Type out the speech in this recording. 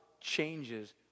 changes